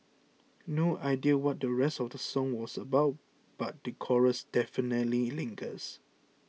no idea what the rest of the song was about but the chorus definitely lingers